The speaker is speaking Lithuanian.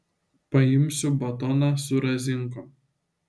paimsiu batoną su razinkom